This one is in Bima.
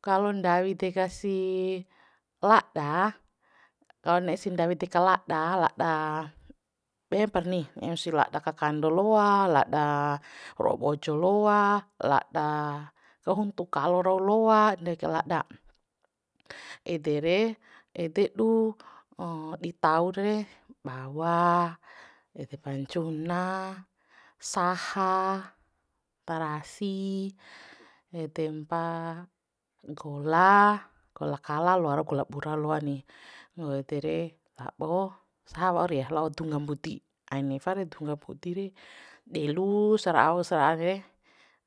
Kalo ndawi deka si lada kalo ne'e si ndawi deka la'da la'da bemparni ne'e si lada kakando loa la'da ro'o bojo loa la'da kahuntu kalo rau loa ndaw kai la'da ede re ede du di tau re bawa, edempa ncuna, saha, tarasi edempa, gola gola kala loa rau gola bura loa ni ngo ede re lab'o saha waur ya la'o dungga mbudi ain nefa re dungga mbudi re delu sara'ao sara'ae